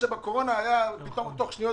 בתקופת הקורונה היית מתקבל תוך שניות,